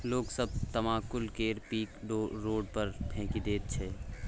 लोग सब तमाकुल केर पीक रोड पर फेकि दैत छै